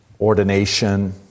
ordination